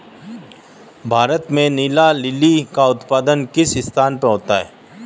भारत में नीला लिली का उत्पादन किस स्थान पर होता है?